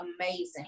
amazing